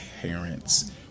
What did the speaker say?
parents